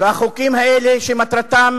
והחוקים האלה, שמטרתם